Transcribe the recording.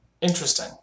Interesting